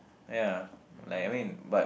ya like I mean but